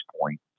point